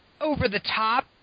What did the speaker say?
over-the-top